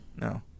no